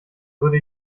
würde